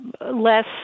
less